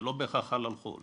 זה לא בהכרח חל על חו"ל.